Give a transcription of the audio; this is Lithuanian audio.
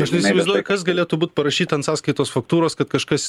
aš neįsivaizduoju kas galėtų būt parašyta ant sąskaitos faktūros kad kažkas